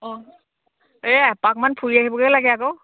অঁ এই এপাকমান ফুৰি আহিবগৈ লাগে আকৌ